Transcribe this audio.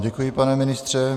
Děkuji vám, pane ministře.